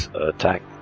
attack